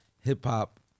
hip-hop